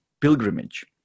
pilgrimage